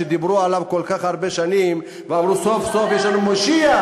שדיברו עליו כל כך הרבה שנים ואמרו: סוף-סוף יש לנו מושיע,